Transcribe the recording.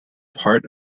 part